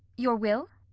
your will?